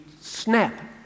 snap